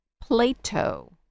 plato